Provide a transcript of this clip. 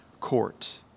court